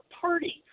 party